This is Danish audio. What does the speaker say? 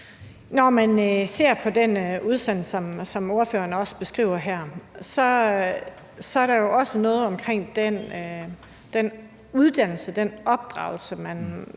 Når man ser den udsendelse, som ordføreren også beskriver her, er der jo også noget med den uddannelse, den opdragelse, der er